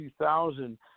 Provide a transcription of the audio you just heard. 2000